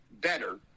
better